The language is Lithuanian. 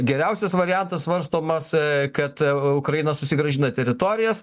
geriausias variantas svarstomas kad ukraina susigrąžina teritorijas